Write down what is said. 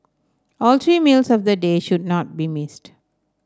all three meals of the day should not be missed